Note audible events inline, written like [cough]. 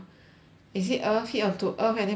is it earth hit onto earth and then [noise]